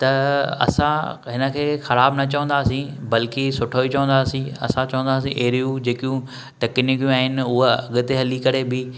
त असां हिन खें ख़राब न चवंदासि बल्कि सुठो ई चवंदासि असां चवंदासि अहिड़ियूं जेकियूं टकनिक्युनि आहिनि हूअ अॻिते हली करे बि